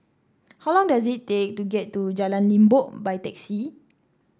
how long does it take to get to Jalan Limbok by taxi